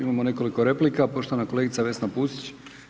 Imamo nekoliko replika, poštovana kolegica Vesna Pusić.